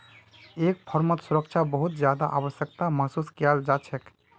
एक फर्मत सुरक्षा बहुत ज्यादा आवश्यकताक महसूस कियाल जा छेक